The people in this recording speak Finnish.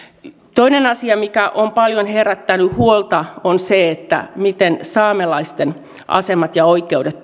toinen asia mikä on paljon herättänyt huolta on se miten saamelaisten asemat ja oikeudet